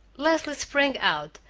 leslie sprang out,